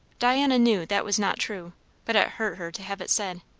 diana knew that was not true but it hurt her to have it said.